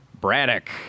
Braddock